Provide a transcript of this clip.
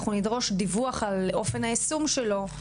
אנחנו נדרוש דיווח על אופן היישום שלו,